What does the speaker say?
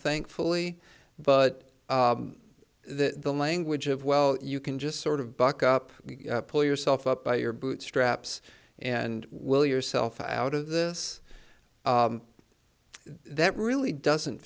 thankfully but the language of well you can just sort of buck up pull yourself up by your bootstraps and will yourself out of this that really doesn't